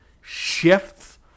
shifts